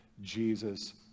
Jesus